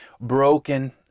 Broken